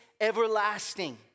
everlasting